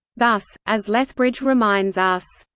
thus, as lethbridge reminds us,